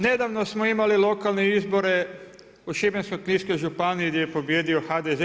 Nedavno smo imali lokalne izbore u Šibensko-kninskoj županiji gdje pobijedio HDZ.